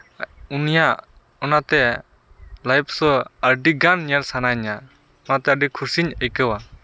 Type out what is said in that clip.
ᱩᱱᱤᱭᱟᱜ ᱚᱱᱟᱛᱮ live show ᱟᱹᱰᱤ ᱜᱟᱱ ᱧᱮᱞ ᱥᱟᱱᱟᱧᱟ ᱚᱱᱟᱛᱮ ᱟᱹᱰᱤ ᱠᱷᱩᱥᱤᱧ ᱟᱹᱭᱠᱟᱹᱣᱟ